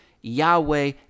Yahweh